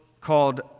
called